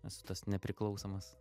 esu tas nepriklausomas